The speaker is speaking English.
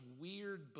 weird